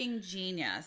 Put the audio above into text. genius